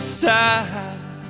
side